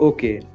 Okay